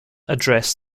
address